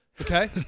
okay